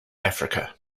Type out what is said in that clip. africa